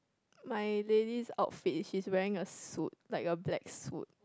my lady's outfit is she's wearing a suit like a black suit